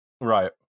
Right